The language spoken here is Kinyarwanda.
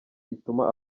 ituma